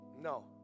No